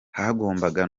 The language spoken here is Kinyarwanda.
hagombaga